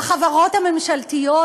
בחברות הממשלתיות,